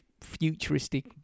futuristic